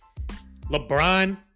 LeBron